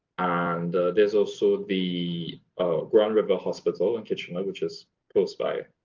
and there's also the grand river hospital in kitchener which is close by.